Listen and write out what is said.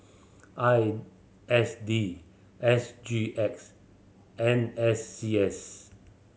I S D S G X N S C S